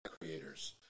creators